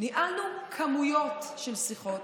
ניהלנו כמויות של שיחות.